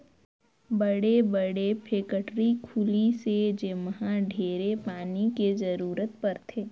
बड़े बड़े फेकटरी खुली से जेम्हा ढेरे पानी के जरूरत परथे